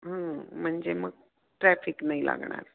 म्हणजे मग ट्रॅफिक नाही लागणार